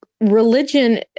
religion